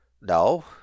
No